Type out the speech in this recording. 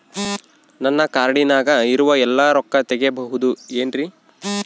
ನನ್ನ ಕಾರ್ಡಿನಾಗ ಇರುವ ಎಲ್ಲಾ ರೊಕ್ಕ ತೆಗೆಯಬಹುದು ಏನ್ರಿ?